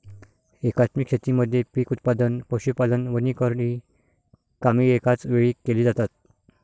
एकात्मिक शेतीमध्ये पीक उत्पादन, पशुपालन, वनीकरण इ कामे एकाच वेळी केली जातात